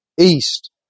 east